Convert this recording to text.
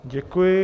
Děkuji.